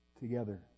together